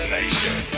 Nation